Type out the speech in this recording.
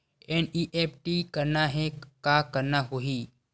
NEFT करना हे का करना होही?